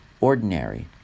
ordinary